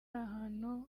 ahantu